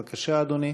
בבקשה, אדוני.